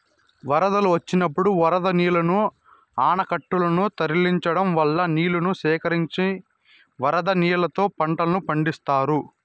వరదలు వచ్చినప్పుడు వరద నీళ్ళను ఆనకట్టలనకు తరలించడం వల్ల నీళ్ళను సేకరించి వరద నీళ్ళతో పంటలను పండిత్తారు